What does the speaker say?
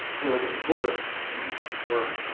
farragut and porter were,